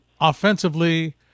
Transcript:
Offensively